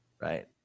right